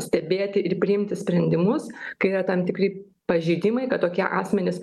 stebėti ir priimti sprendimus kai yra tam tikri pažeidimai kad tokie asmenys